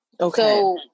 Okay